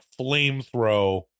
flamethrow